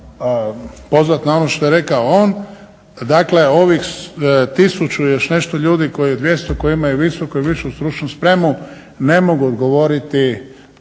pozvat na ono što je rekao on, dakle ovih 1000 i još nešto ljudi, 200, koji imaju visoku i višu stručnu spremu ne mogu odgovoriti